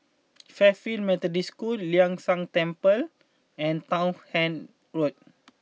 Fairfield Methodist School Ling San Teng Temple and Townshend Road